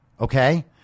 Okay